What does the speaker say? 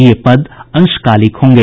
ये पद अंशकालिक होंगे